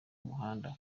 muhanda